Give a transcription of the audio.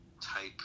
type